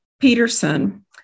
Peterson